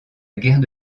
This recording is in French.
guerre